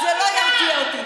תגידי,